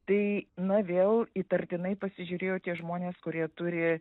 tai na vėl įtartinai pasižiūrėjo tie žmonės kurie turi